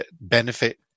benefit